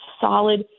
solid